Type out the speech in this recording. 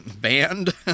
band